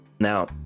now